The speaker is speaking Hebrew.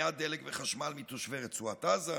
מניעת דלק וחשמל מתושבי רצועת עזה,